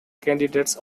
candidates